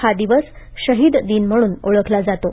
हा दिवस शहिद दिन म्हणून ओळखला जातो